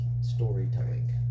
storytelling